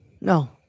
No